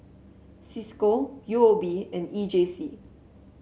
Cisco U O B and E J C